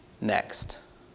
next